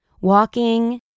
Walking